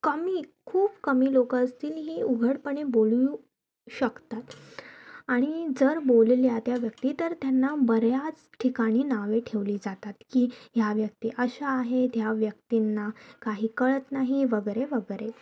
कमी खूप कमी लोकं असतील हे उघडपणे बोलू शकतात आणि जर बोलल्या त्या व्यक्ती तर त्यांना बऱ्याच ठिकाणी नावे ठेवली जातात की ह्या व्यक्ती अश्या आहेत ह्या व्यक्तींना काही कळत नाही वगैरे वगैरे